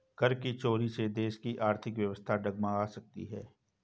कर की चोरी से देश की आर्थिक व्यवस्था डगमगा सकती है